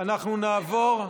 אנחנו נעבור,